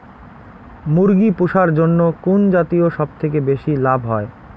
মুরগি পুষার জন্য কুন জাতীয় সবথেকে বেশি লাভ হয়?